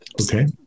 Okay